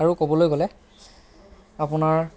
আৰু ক'বলৈ গ'লে আপোনাৰ